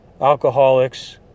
alcoholics